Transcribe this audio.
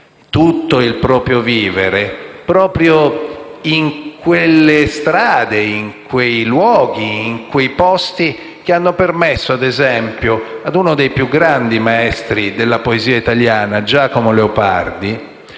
tutto il proprio vivere in quelle strade, in quei luoghi, in quei posti che hanno permesso, ad esempio, a uno dei più grandi maestri della poesia italiana, Giacomo Leopardi